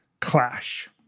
clash